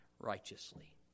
righteously